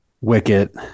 Wicket